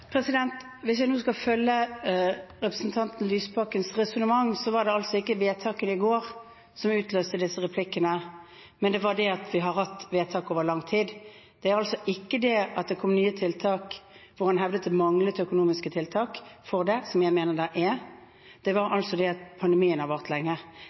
Hvis vi nå skal følge representanten Lysbakkens resonnement, var det altså ikke vedtakene i går som utløste disse replikkene, men det at vi har hatt vedtak over lang tid. Det er altså ikke det at det kom nye tiltak, som han hevdet at det manglet økonomiske tiltak for, noe jeg mener at det er, men det var altså det at pandemien har vart lenge.